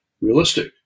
realistic